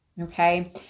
Okay